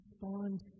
respond